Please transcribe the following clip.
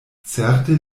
certe